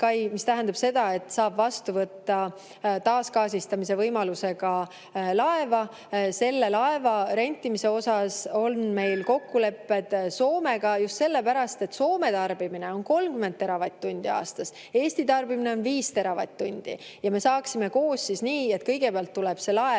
tähendab seda, et saab vastu võtta taasgaasistamise võimalusega laeva. Selle laeva rentimise osas on meil kokkulepped Soomega just sellepärast, et Soome tarbimine on 30 teravatt-tundi aastas, Eesti tarbimine on 5 teravatt-tundi ja me saaksime koos teha nii, et kõigepealt tuleb see laev